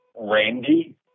Randy